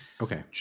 okay